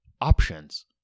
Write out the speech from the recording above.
options